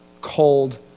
cold